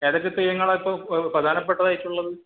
ഏതൊക്കെ തെയ്യങ്ങളാ ഇപ്പോൾ പ്രധാനപ്പെട്ടതായിട്ടുള്ളത്